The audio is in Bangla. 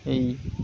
এই